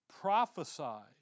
prophesied